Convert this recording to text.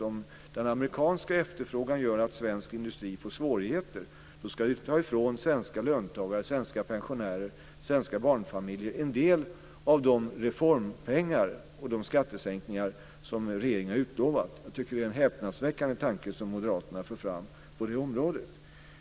Om den amerikanska efterfrågan gör att svensk industri får svårigheter ska vi ta ifrån svenska löntagare, svenska pensionärer och svenska barnfamiljer en del av de reformpengar och de skattesänkningar som regeringen har utlovat. Jag tycker att det är en häpnadsväckande tanke som moderaterna för fram på det området.